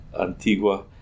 Antigua